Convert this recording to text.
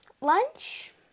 lunch